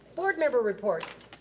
board member reports.